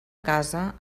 casa